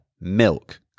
milk